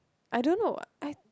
I don't know I